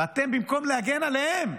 ואתם, במקום להגן עליהם,